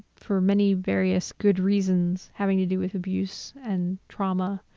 for many various good reasons having to do with abuse and trauma,